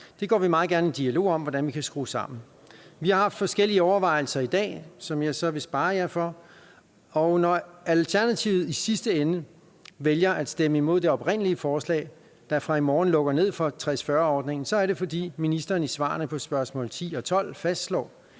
Det går vi meget gerne i dialog om hvordan vi kan skrue sammen. Vi har haft forskellige overvejelser i dag, som jeg så vil spare jer for, og når Alternativet i sidste ende vælger at stemme imod det oprindelige forslag, der fra i morgen lukker ned for 60-40-ordningen, så er det, fordi ministeren i svarene på spørgsmål 10 og 12 fastslår,